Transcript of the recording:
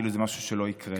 כאילו זה משהו שלא יקרה.